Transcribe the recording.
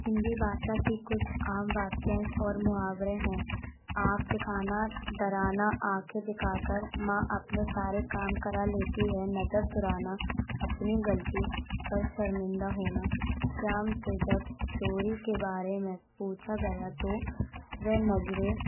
हिन्दी भाषा की कुछ आम वाक्यांश और मुहावरें हैं आँख दिखाना डराना आँखें दिखाकर माँ अपने सारे काम करा लेती है नजर चुराना अपनी गलती पर शर्मिंदा होना श्याम से जब चोरी के बारे में पूछा गया तो वह नजरें